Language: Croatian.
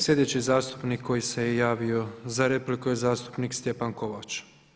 Slijedeći zastupnik koji se javio za repliku je zastupnik Stjepan Kovač.